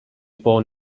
born